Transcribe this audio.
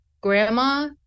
grandma